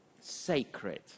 sacred